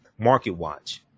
MarketWatch